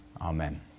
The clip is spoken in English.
Amen